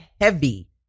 heavy